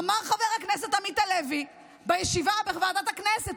אמר חבר הכנסת עמית הלוי בישיבה בוועדת הכנסת,